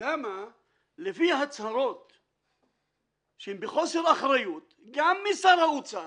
לפי ההצהרות שהן בחוסר אחריות גם משר האוצר,